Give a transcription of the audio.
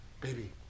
Baby